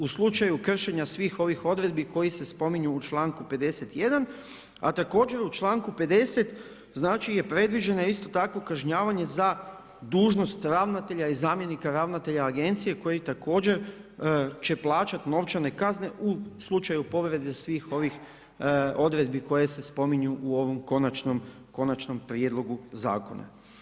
U slučaju kršenja svih ovih odredbi koje se spominju u članku 51., a također u članku 50. je predviđeno isto tako kažnjavanje za dužnost ravnatelja i zamjenika ravnatelja agencije koji također će plaćati novčane kazne u slučaju povrede svih ovih odredbi koje se spominju u ovom konačnom prijedlogu zakona.